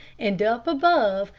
and up above,